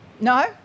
No